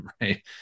right